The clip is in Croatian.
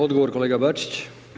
Odgovor kolega Bačić.